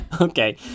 Okay